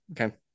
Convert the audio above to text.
Okay